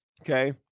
okay